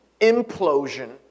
implosion